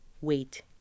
wait